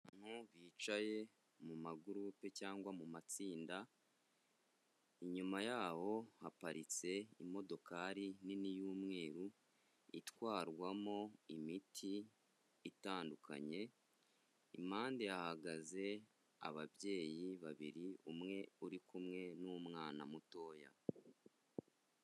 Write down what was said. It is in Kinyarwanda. Abantu bicaye mu magurupe cyangwa mu matsinda, inyuma yabo haparitse imodokari nini y'umweru itwarwamo imiti itandukanye, impande hahagaze ababyeyi babiri umwe uri kumwe n'umwana mutoya.